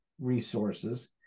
resources